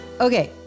Okay